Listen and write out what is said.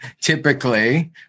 typically